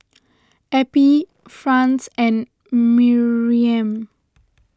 Eppie Franz and Miriam